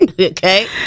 Okay